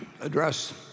address